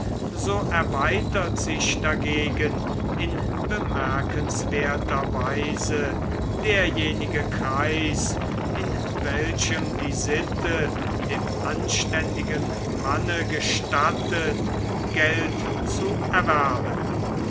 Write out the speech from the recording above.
so erweitert sich dagegen in bemerkenswerter weise derjenige kreis in welchem die sitte dem anständigen manne gestattet geld zu erwerben